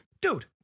dude